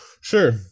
Sure